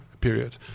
period